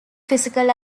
physical